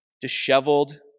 Disheveled